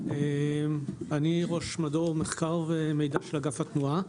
אני ראש מדור מחקר ומידע של אגף התנועה.